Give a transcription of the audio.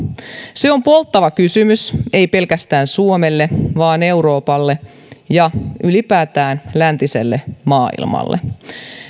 se on polttava kysymys ei pelkästään suomelle vaan euroopalle ja ylipäätään läntiselle maailmalle